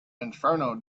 inferno